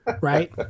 right